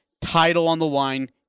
title-on-the-line